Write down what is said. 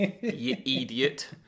idiot